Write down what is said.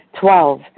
Twelve